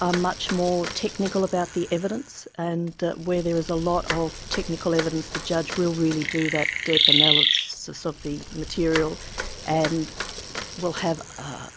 are much more technical about the evidence and where there is a lot of technical evidence the judge will really do that deep analysis of the material and will have, ah